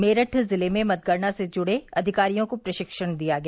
मेरठ जिले में मतगणना से जुड़े अधिकारियों को प्रशिक्षण दिया गया